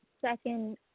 Second